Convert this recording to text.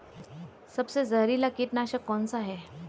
सबसे जहरीला कीटनाशक कौन सा है?